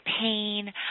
pain